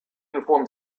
uniform